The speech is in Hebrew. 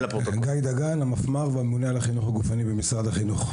אני המפמ"ר והממונה על החינוך הגופני במשרד החינוך.